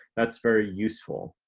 that's very useful.